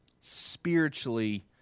spiritually